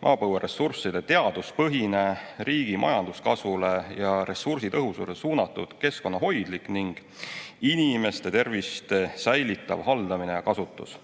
maapõueressursside teaduspõhine, riigi majanduskasvule ja ressursitõhususele suunatud keskkonnahoidlik ning inimeste tervist säilitav haldamine ja kasutus.